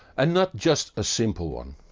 and not just a simple one.